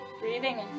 Breathing